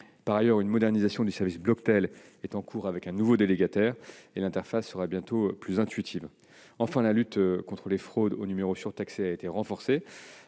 Par ailleurs, une modernisation du service Bloctel est en cours avec un nouveau délégataire et l'interface sera bientôt plus intuitive. Enfin, la lutte contre les fraudes aux numéros surtaxés a été renforcée.